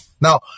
Now